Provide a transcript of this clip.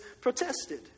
protested